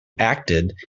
acted